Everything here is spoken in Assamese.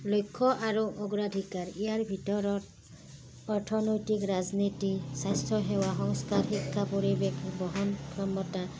লক্ষ্য আৰু অগ্ৰাধিকাৰ ইয়াৰ ভিতৰত অৰ্থনৈতিক ৰাজনীতি স্বাস্থ্যসেৱা সংস্কাৰ শিক্ষা পৰিৱেশ বহনক্ষমতা